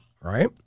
Right